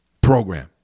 program